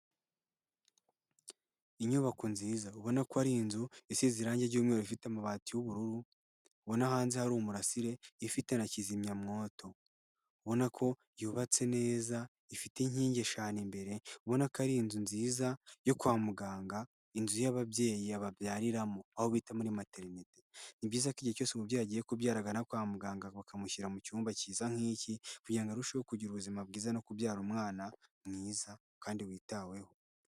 Inyubako nziza ubona ko ari inzu isize irangi ry'ibyumweru, ifite amabati y'ubururu, ubona hanze hari umurasire ifite na kizimyamwoto, ubona ko yubatse neza ifite inkingi eshanu imbere, ubona ko ari inzu nziza yo kwa muganga, inzu y'ababyeyi babyariramo aho bita muri materinete, ni byiza ko igihe cyose umubyeyi agiye kubyarana kwa muganga bakamushyira mu cyumba kiza nk'iki kugira ngo arusheho kugira ubuzima bwiza no kubyara umwana mwiza kandi witaweho.